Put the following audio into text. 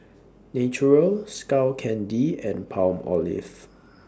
Naturel Skull Candy and Palmolive